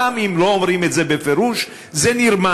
גם אם לא אומרים את זה בפירוש, זה נרמז.